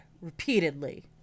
repeatedly